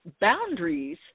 Boundaries